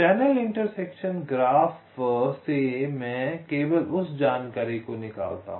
channel intersection graph में मैं केवल उस जानकारी को निकालता हूं